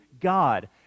God